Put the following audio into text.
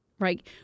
Right